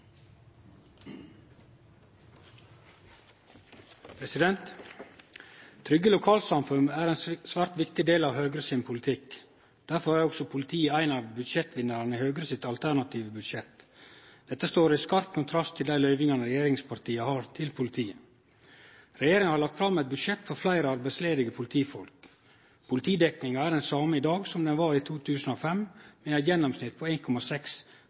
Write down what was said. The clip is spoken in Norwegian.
ein svært viktig del av Høgre sin politikk. Derfor er også politiet ein av budsjettvinnarane i Høgres alternative budsjett. Dette står i skarp kontrast til dei løyvingane regjeringspartia har til politiet. Regjeringa har lagt fram eit budsjett for fleire arbeidsledige politifolk. Politidekninga er den same i dag som i 2005, med eit gjennomsnitt på